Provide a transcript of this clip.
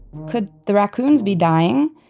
could the raccoons be dying?